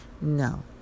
No